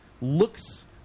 looks